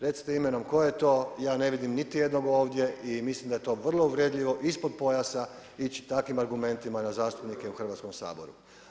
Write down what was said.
Recite imenom tko je to, ja ne vidim niti jednog ovdje i mislim da je to vrlo uvredljivo, ispod pojasa ići takvim argumentima na zastupnike u Hrvatskom saboru.